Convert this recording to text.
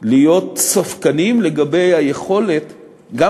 להיות ספקניים לגבי היכולת להשיג שלום,